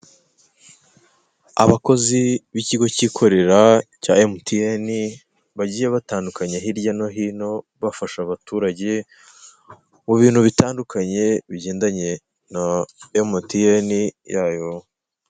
Abakozi b'ikigo cyikorera cya emutiyeni bagiye batandukanya hirya no hino bafasha abaturage mu bintu bitandukanye bigendanye na emutiyeni yayo.